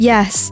Yes